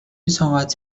طاقت